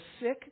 sick